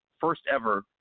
first-ever